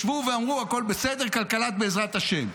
ישבו ואמרו: הכול בסדר, כלכלת בעזרת השם.